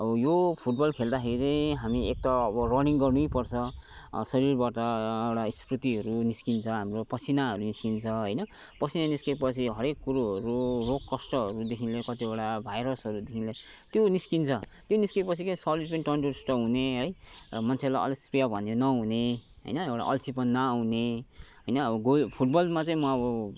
अब यो फुटबल खेल्दाखेरि चाहिँ हामी एक त अब रनिङ गर्नै पर्छ शरीरबाट एउटा स्कृतिहरू निस्किन्छ हाम्रो पसिनाहरू निस्किन्छ होइन पसिना निस्केपछि हरेक कुरोहरू रोग कष्टहरूदेखि लिएर कतिवटा भाइरसहरूदेखि लिएर त्यो निस्किन्छ त्यो निस्केपछि क्या शरीर पनि तन्दुरुस्त हुने है मन्छेलाई अलस्पिया भन्ने नहुने होइन एउटा अल्छिपन नआउने होइन गयो फुटबलमा चाहिँ म अब